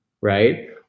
right